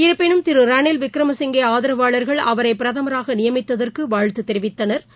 இருப்பினும் திருரணில் விகிரமசிங்கேஆதரவாளர்கள் அவரைபிரதமராகநியமித்ததற்குவாழ்த்துதெரிவித்தனா்